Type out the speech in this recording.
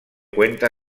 cuenta